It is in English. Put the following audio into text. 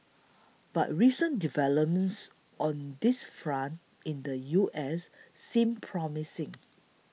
but recent developments on this front in the U S seem promising